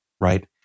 right